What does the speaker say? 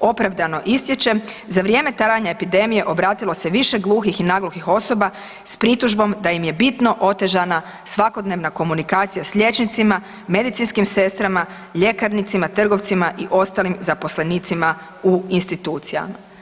opravdano ističe, za vrijeme trajanja epidemije obratilo se više gluhih i nagluhih osoba s pritužbom da im je bitno otežana svakodnevna komunikacija s liječnicima, medicinskim sestrama, ljekarnicima, trgovcima i ostalim zaposlenicima u institucijama.